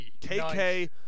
KK